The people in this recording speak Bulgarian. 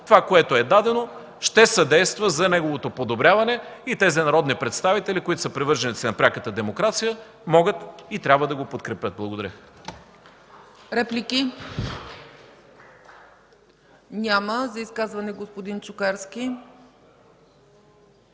това, което е дадено, ще съдейства за неговото подобряване и тези народни представители, които са привърженици на пряката демокрация, могат и трябва да го подкрепят. Благодаря.